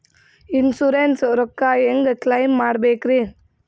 Insurance ರೊಕ್ಕ ಹೆಂಗ claim ಮಾಡ್ಬೇಕ್ರಿ?